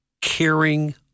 caring